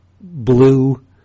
blue